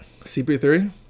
CP3